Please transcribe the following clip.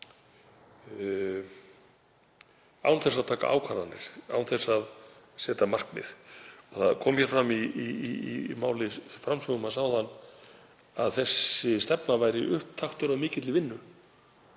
án þess að taka ákvarðanir, án þess að setja markmið. Það kom fram í máli framsögumanns áðan að þessi stefna væri upptaktur að mikilli vinnu.